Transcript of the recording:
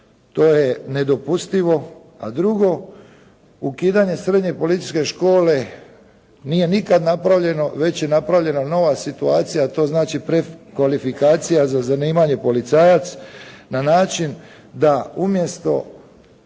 to je nedopustivo. A drugo, ukidanje Srednje policijske škole nije nikada napravljeno već je napravljena nova situacija a to znači prekvalifikacija za zanimanje policajac, na način da umjesto